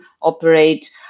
operate